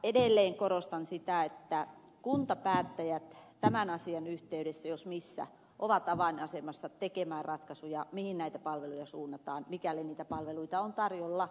edelleen korostan sitä että kuntapäättäjät tämän asian yhteydessä jos missä ovat avainasemassa tekemään ratkaisuja mihin näitä palveluja suunnataan mikäli niitä palveluita on tarjolla